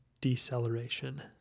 deceleration